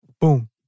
boom